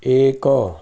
ଏକ